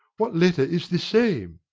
what letter is this same?